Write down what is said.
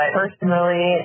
personally